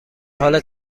حال